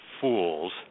fools